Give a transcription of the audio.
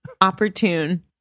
opportune